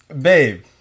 babe